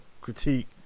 critique